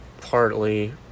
partly